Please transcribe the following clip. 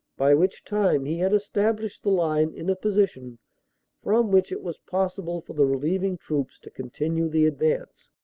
by which time he had established the line in a position from which it was possible for the relieving troops to continue the advance.